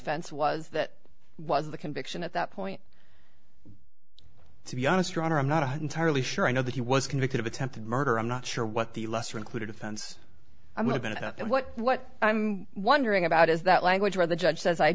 fense was that was the conviction at that point to be honest your honor i'm not entirely sure i know that he was convicted of attempted murder i'm not sure what the lesser included offense i'm going to what what i'm wondering about is that language where the judge says i